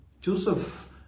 joseph